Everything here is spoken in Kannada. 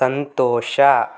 ಸಂತೋಷ